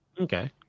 Okay